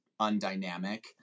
undynamic